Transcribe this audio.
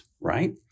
Right